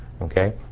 Okay